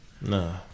No